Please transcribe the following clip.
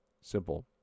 Simple